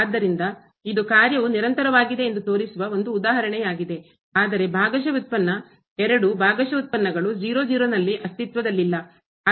ಆದ್ದರಿಂದ ಇದು ಕಾರ್ಯವು ನಿರಂತರವಾಗಿದೆ ಎಂದು ತೋರಿಸುವ ಒಂದು ಉದಾಹರಣೆಯಾಗಿದೆ ಆದರೆ ಭಾಗಶಃ ವ್ಯುತ್ಪನ್ನ ಎರಡೂ ಭಾಗಶಃ ಉತ್ಪನ್ನಗಳು ನಲ್ಲಿ ಅಸ್ತಿತ್ವದಲ್ಲಿಲ್ಲ